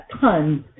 tons